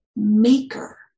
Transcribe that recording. maker